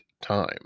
time